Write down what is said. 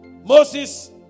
Moses